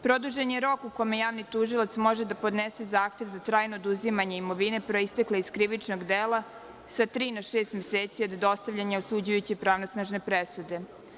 Produžen je rok u kome javni tužilac može da podnese zahtev za trajno oduzimanje imovine proistekle iz krivičnog dela sa tri na šest meseci od dostavljanja osuđujuće pravosnažne presude.